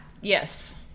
yes